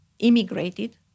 immigrated